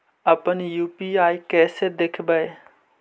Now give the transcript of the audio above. अपन यु.पी.आई कैसे देखबै?